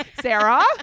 Sarah